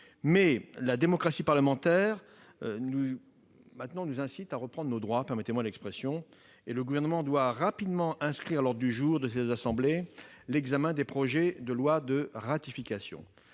mais la démocratie parlementaire nous incite à reprendre maintenant nos droits- permettez-moi cette expression -et le Gouvernement doit rapidement inscrire à l'ordre du jour des assemblées l'examen des projets de loi de ratification.